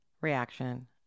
reaction